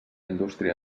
indústria